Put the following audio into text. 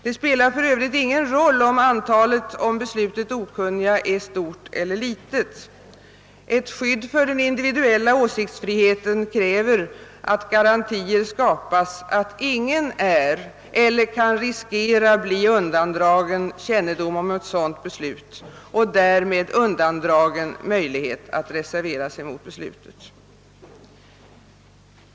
Det spelar för övrigt ingen roll om antalet om beslutet okunniga är stort eller litet. Ett skydd för den individuella åsiktsfriheten kräver att garantier skapas för att ingen är eller kan riskera bli undandragen kännedom om ett sådant beslut och därmed undandragen möjlighet att reservera sig mot beslutet.